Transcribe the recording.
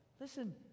Listen